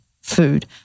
food